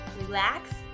relax